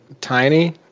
Tiny